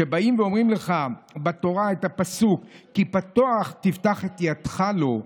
כשאומרים בתורה את הפסוק "כי פתח תפתח את ידך לו",